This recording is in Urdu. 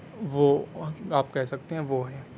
وہ آپ کہہ سکتے ہیں وہ ہے